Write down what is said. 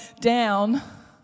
down